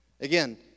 Again